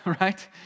right